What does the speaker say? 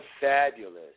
fabulous